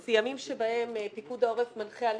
אלה ימים בהם פיקוד העורף מנחה על